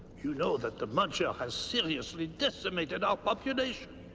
you know that the muncher has seriously decimated our population.